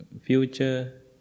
future